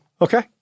Okay